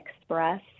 Express